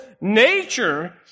Nature